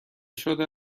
شده